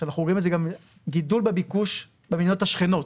גידול בביקוש במדינות השכנות,